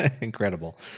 Incredible